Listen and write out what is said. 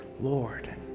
Lord